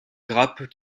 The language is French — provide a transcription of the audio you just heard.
grappes